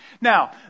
Now